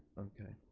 okay,